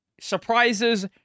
surprises